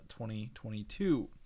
2022